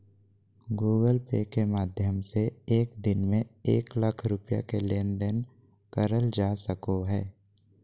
Google Pay के माध्यम से एक दिन में एक लाख रुपया के लेन देन करल जा सको हय